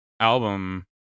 album